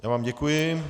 Já vám děkuji.